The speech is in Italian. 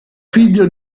figlio